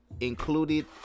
included